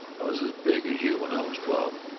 i was as big as you when i was twelve.